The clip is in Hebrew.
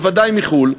בוודאי מחו"ל,